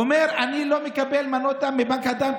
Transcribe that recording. הוא אומר: אני לא מקבל מנות דם מבנק הדם,